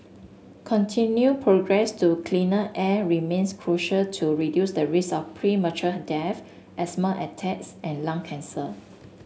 continued progress to cleaner air remains crucial to reduce the risk of premature death asthma attacks and lung cancer